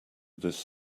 this